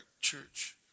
Church